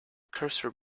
cursor